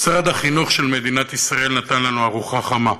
משרד החינוך של מדינת ישראל נתן לנו ארוחה חמה.